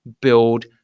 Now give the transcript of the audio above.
build